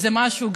שגם זה משהו.